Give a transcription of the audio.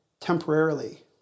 temporarily